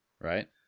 right